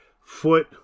foot